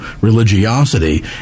religiosity